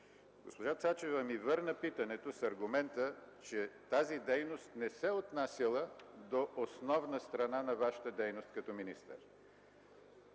Госпожа Цачева ми върна питането с аргумента, че тази дейност не се отнасяла до основна страна на Вашата дейност като министър.